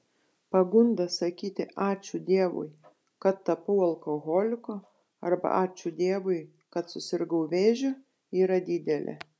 pagunda sakyti ačiū dievui kad tapau alkoholiku arba ačiū dievui kad susirgau vėžiu yra didelė